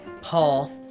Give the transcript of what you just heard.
Paul